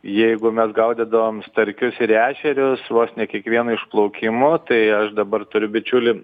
jeigu mes gaudydavom starkius ir ešerius vos ne kiekvienu išplaukimu tai aš dabar turiu bičiulį